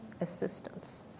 assistance